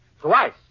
Twice